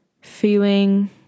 feeling